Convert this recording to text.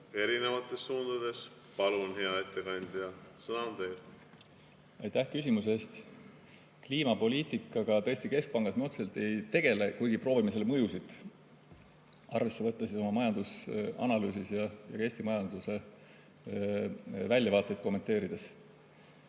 erinevates suundades. Palun, hea ettekandja, sõna on teil! Aitäh küsimuse eest! Kliimapoliitikaga me tõesti keskpangas otseselt ei tegele, kuigi proovime selle mõjusid arvesse võtta oma majandusanalüüsis ja ka Eesti majanduse väljavaateid kommenteerides.